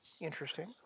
interesting